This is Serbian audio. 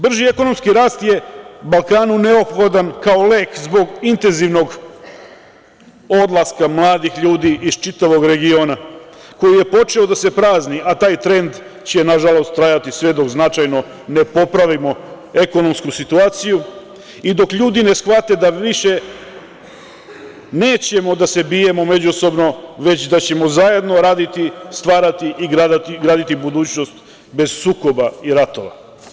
Brži ekonomski rast je Balkanu neophodan kao lek zbog intenzivnog odlaska mladih ljudi iz čitavog regiona koji je počeo da se prazni, a taj trend će nažalost trajati sve dok značajno ne popravimo ekonomsku situaciju i dok ljudi ne shvate da više nećemo da se bijemo međusobno, već da ćemo zajedno raditi, stvarati i graditi budućnost bez sukoba i ratova.